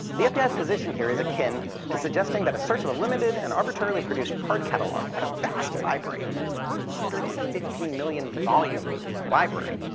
the fbi's position here is akin to suggesting that a search of a limited and arbitrarily-produced card catalog at a vast library one hundred and fifty million volume library